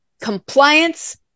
Compliance